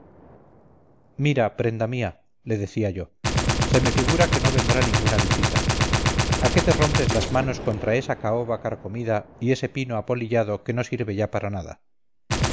mira prenda mía le decía yo se me figura que no vendrá ninguna visita a qué te rompes las manos contra esa caoba carcomida y ese pino apolillado que no sirve ya para nada